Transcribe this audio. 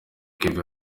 kevin